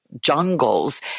jungles